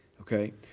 okay